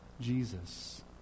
Jesus